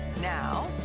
Now